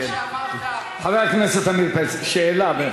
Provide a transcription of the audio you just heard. חבר הכנסת עמיר פרץ, שאלה.